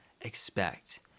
expect